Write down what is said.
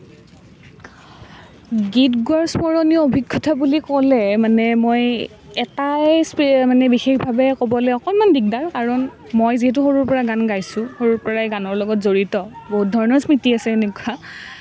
গীত গোৱাৰ স্মৰণীয় অভিজ্ঞতা বুলি ক'লে মানে মই এটাই স্ম মানে বিশেষভাৱে ক'বলৈ দিগদাৰ কাৰণ মই যিহেতু সৰুৰ পৰা গান গাইছোঁ সৰুৰ পৰাই গানৰ লগত জড়িত বহুত ধৰণৰ স্মৃতি আছে সেনেকুৱা